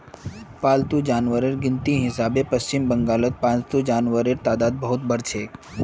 पालतू जानवरेर गिनतीर हिसाबे पश्चिम बंगालत पालतू जानवरेर तादाद बहुत बढ़िलछेक